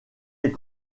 est